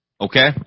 Okay